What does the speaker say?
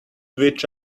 which